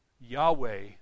Yahweh